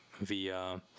via